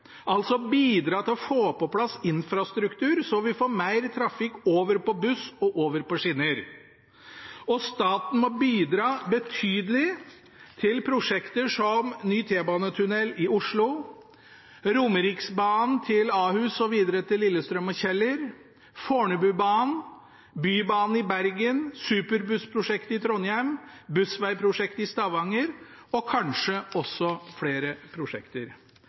altså bidra til å få på plass infrastruktur så vi får mer trafikk over på buss og over på skinner, og staten må bidra betydelig til prosjekter som ny T-banetunnel i Oslo, Romeriksbanen til Ahus og videre til Lillestrøm og Kjeller, Fornebubanen, Bybanen i Bergen, superbussprosjektet i Trondheim, Bussveien-prosjektet i Stavanger og kanskje også flere prosjekter.